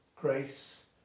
Grace